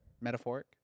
Metaphoric